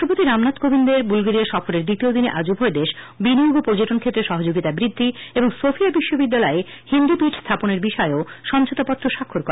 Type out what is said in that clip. রাষ্ট্রপতি রামনাথ কোবিন্দের বুলগেরিয়া সফরের দ্বিতীয় দিনে আজ উভয় দেশ বিনিয়োগ ও পর্যটন ক্ষেত্রে সহযোগিতা বৃদ্ধি এবং সোফিয়া বিশ্ববিদ্যালয়ে হিন্দি পীঠ স্হাপনের বিষয়েও সমঝোতা পত্র স্বাক্ষর করে